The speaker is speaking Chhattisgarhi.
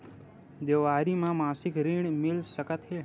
देवारी म मासिक ऋण मिल सकत हे?